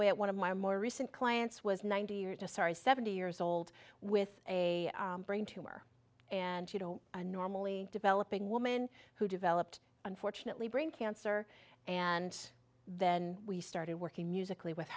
way out one of my more recent clients was ninety years a sorry seventy years old with a brain tumor and you don't normally developing woman who developed unfortunately brain cancer and then we started working musically with